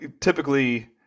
typically